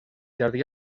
jardí